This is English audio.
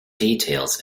details